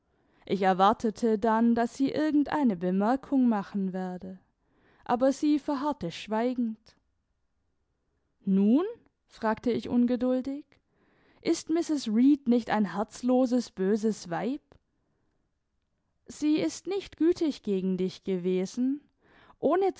ich erwartete dann daß sie irgend eine bemerkung machen werde aber sie verharrte schweigend nun fragte ich ungeduldig ist mrs reed nicht ein herzloses böses weib sie ist nicht gütig gegen dich gewesen